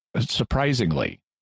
surprisingly